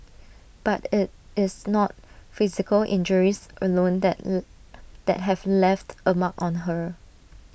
but IT is not physical injuries alone that that have left A mark on her